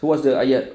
so what's the ayat